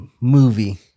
movie